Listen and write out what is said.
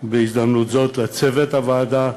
בהזדמנות זאת לצוות הוועדה,